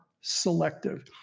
selective